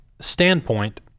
standpoint